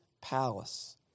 palace